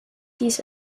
hieß